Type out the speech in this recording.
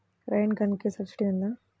Rain గన్కి subsidy ఉందా?